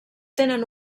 tenen